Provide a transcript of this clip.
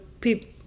people